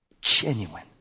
genuine